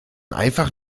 einfach